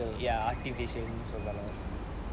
ya artificial சொன்னாங்க:sonnaanga